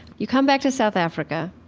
you come back to south africa.